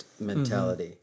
mentality